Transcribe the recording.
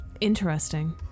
Interesting